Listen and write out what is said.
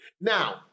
Now